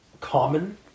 common